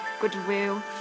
goodwill